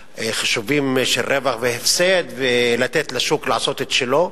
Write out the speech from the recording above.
מחישובים של רווח והפסד ולתת לשוק לעשות את שלו,